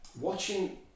watching